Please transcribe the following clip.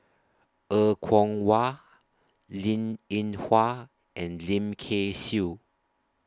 Er Kwong Wah Linn in Hua and Lim Kay Siu